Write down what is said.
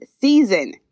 season